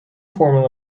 formula